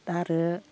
आरो